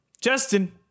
Justin